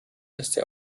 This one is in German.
erste